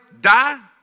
die